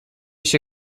się